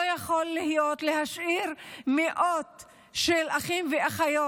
לא יכול להיות מצב של להשאיר מאות אחים ואחיות,